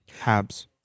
Habs